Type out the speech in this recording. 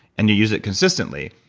and you use it consistently,